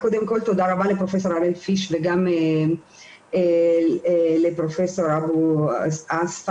קודם כל תודה רבה לפרופ' הראל-פיש וגם לפרופ' אבו עסבה,